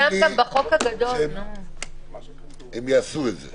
הם יעשו את זה.